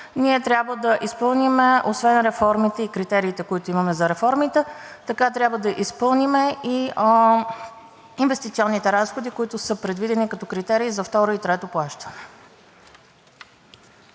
ние трябва да изпълним освен реформите и критериите, които имаме за реформите, така трябва да изпълним и инвестиционните разходи, които са предвидени като критерии за второ и трето плащане.